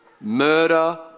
murder